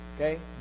okay